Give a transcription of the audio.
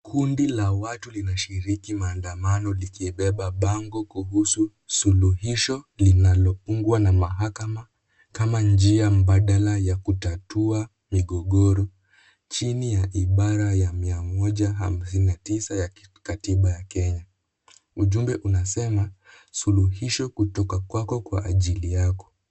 Kundi la watu linashiriki maandamano likiubeba bango kuhusu suluhisho linalopingwa na mahakama kama njia mbadala ya kutatua migogoro. Chini ya ibara ya mia moja hamsini na tisa ya katiba ya Kenya. Ujumbe unasema, suluhisho kutoka kwako kwa ajili yako.